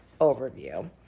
overview